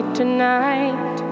tonight